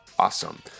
Awesome